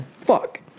Fuck